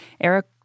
Eric